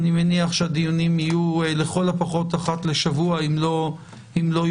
אני מניח שהדיונים יהיה לכל הפחות אחת לשבוע אם לא יותר,